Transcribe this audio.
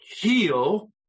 heal